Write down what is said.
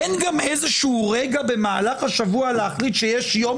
אין גם איזשהו רגע במהלך השבוע להחליט שיש יום